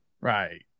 Right